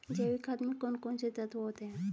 जैविक खाद में कौन कौन से तत्व होते हैं?